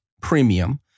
premium